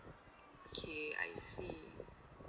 okay I see